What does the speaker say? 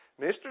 Mr